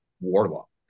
Warlock